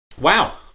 wow